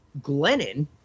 Glennon